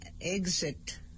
exit